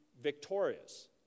victorious